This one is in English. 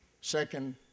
second